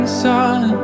sun